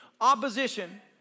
opposition